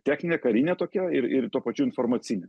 techninė karinė tokia ir ir tuo pačiu informacinė